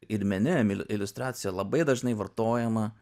ir mene iliustracija labai dažnai vartojama